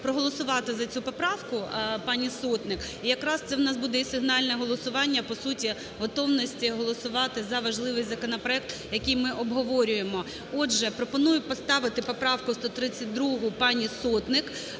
проголосувати за цю поправку пані Сотник, якраз у нас це буде і сигнальне голосування по суті готовності голосувати за важливий законопроект, який ми обговорюємо. Отже, пропоную поставити поправку 132 пані Сотник